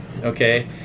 okay